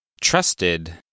Trusted